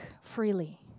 freely